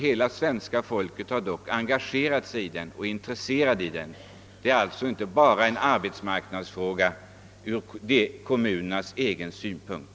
Hela svenska folket har engagerat sig i denna sak och är intresserat av hur det kommer att gå. Det är således inte enbart en arbetsmarknadsfråga som har betydelse endast ur kommunernas egen synvinkel.